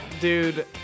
Dude